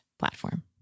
platform